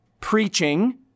preaching